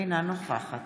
אינה נוכחת